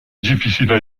difficiles